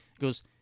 goes